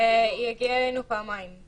היא הגיעה אלינו פעמיים.